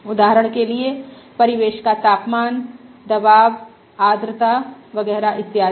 उदाहरण के लिए परिवेश का तापमान दबाव आर्द्रता वगैरह इत्यादि